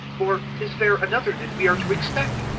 or is there another that we are to expect